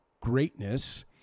greatness